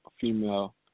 female